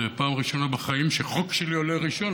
זו פעם ראשונה בחיים שחוק שלי עולה ראשון.